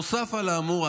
נוסף על האמור,